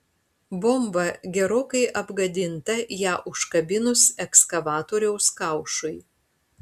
bomba gerokai apgadinta ją užkabinus ekskavatoriaus kaušui